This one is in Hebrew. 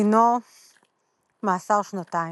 דינו – מאסר שנתיים".